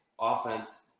offense